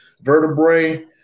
vertebrae